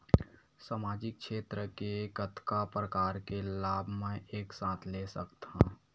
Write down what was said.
सामाजिक क्षेत्र के कतका प्रकार के लाभ मै एक साथ ले सकथव?